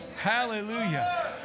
Hallelujah